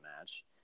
match